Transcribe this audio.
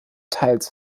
teils